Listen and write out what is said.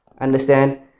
understand